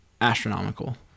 astronomical